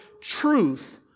truth